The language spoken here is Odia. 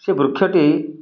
ସେ ବୃକ୍ଷଟି